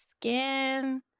skin